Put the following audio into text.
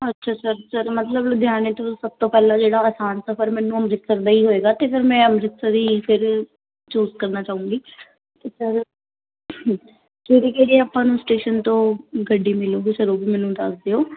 ਅੱਛਾ sir sir ਮਤਲਬ ਲੁਧਿਆਣੇ ਤੋਂ ਸਭ ਤੋਂ ਪਹਿਲਾਂ ਜਿਹੜਾ ਆਸਾਨ ਸਫ਼ਰ ਮੈਨੂੰ ਅੰਮ੍ਰਿਤਸਰ ਦਾ ਹੀ ਹੋਵੇਗਾ ਅਤੇ ਫਿਰ ਮੈਂ ਅੰਮ੍ਰਿਤਸਰ ਹੀ ਫਿਰ ਚੂਜ਼ ਕਰਨਾ ਚਾਹੂੰਗੀ ਅਤੇ ਸਰ ਕਿਹੜੀ ਕਿਹੜੀ ਆਪਾਂ ਨੂੰ ਸਟੇਸ਼ਨ ਤੋਂ ਗੱਡੀ ਮਿਲੂਗੀ ਸਰ ਉਹ ਵੀ ਮੈਨੂੰ ਦੱਸ ਦਿਓ